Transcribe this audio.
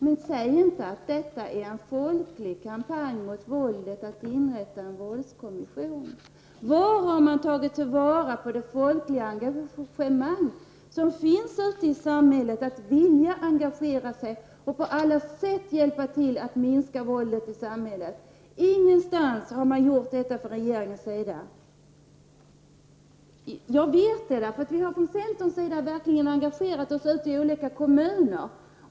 Men säg inte att detta är en folklig kampanj mot våldet, att inrätta en våldskommission! På vilket sätt har man tagit till vara den vilja som finns att engagera sig och på alla sätt minska våldet i samhället? Inte på något sätt har man gjort det från regeringens sida. Jag vet det. Vi har nämligen från centerns sida verkligen engagerat oss ute i olika kommuner.